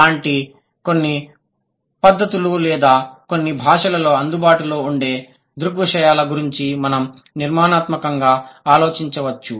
అంటే కొన్నిపద్ధతులు లేదా కొన్ని భాషలలో అందుబాటులో ఉండే దృగ్విషయాల గురించి మనం నిర్మాణాత్మకంగా ఆలోచించవచ్చు